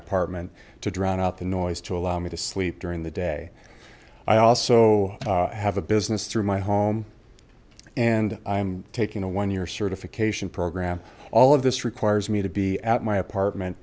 apartment to drown out the noise to allow me to sleep during the day i also have a business through my home and i am taking a one year certification program all of this requires me to be at my apartment